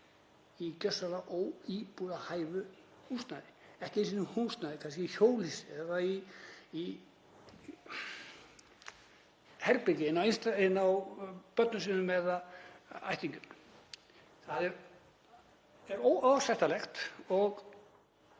í gjörsamlega óíbúðarhæfu húsnæði, ekki einu sinni húsnæði, kannski í hjólhýsi eða í herbergi inni á börnum sínum eða ættingjum. Það er óásættanlegt og